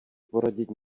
poradit